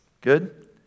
Good